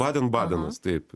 badenbadenas taip